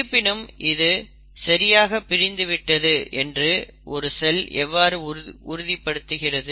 இருப்பினும் இது சரியாக பிரிந்து விட்டது என்று ஒரு செல் எவ்வாறு உறுதிப்படுத்துகிறது